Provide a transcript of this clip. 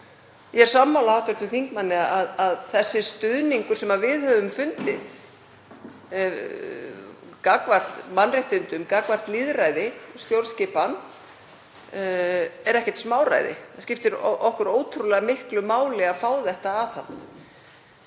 Ég er sammála hv. þingmanni að sá stuðningur sem við höfum fundið gagnvart mannréttindum, gagnvart lýðræði og stjórnskipan er ekkert smáræði. Það skiptir okkur ótrúlega miklu máli að fá þetta aðhald